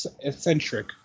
eccentric